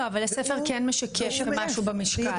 לא, אבל הספר כן משקף משהו במשקל.